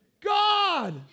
God